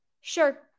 Sure